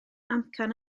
amcan